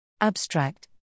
Abstract